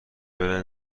برنج